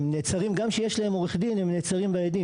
גם כשיש להם עורך דין הם נעצרים בעדים.